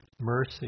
mercy